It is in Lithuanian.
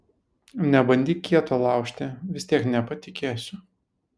nebandyk kieto laužti vis tiek nepatikėsiu